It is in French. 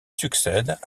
succède